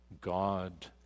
God